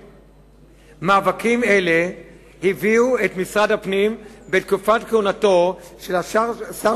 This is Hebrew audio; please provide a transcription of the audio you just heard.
מאבקים אלה הביאו את משרד הפנים בתקופת כהונתו של השר